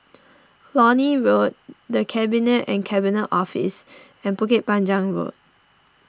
Lornie Road the Cabinet and Cabinet Office and Bukit Panjang Road